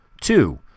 Two